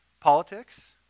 politics